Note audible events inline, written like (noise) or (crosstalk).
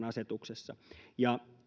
(unintelligible) asetuksessa